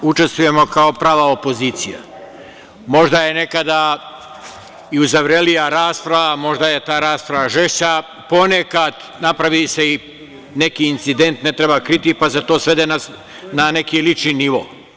Učestvujemo kao prava opozicija, možda je nekada uzavrelija rasprava, možda je ta rasprava žešća, ponekad se napravi neki incident, ne treba kriti, pa se to svede na neki lični nivo.